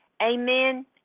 Amen